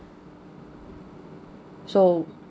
so